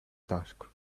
task